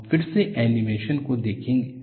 हम फिर से एनीमेशन को देखेंगे